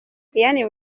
ian